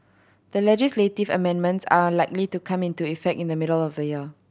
the legislative amendments are likely to come into effect in the middle of the year